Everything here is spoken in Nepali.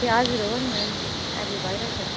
ए हजुर हो नि हो नि अहिले भइरहेको छ त